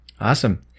Awesome